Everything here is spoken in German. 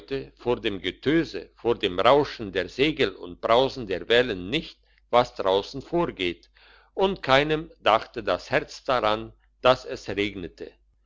vor dem getöse vor dem rauschen der segel und brausen der wellen nicht was draussen vorgeht und keinem dachte das herz daran dass es regnete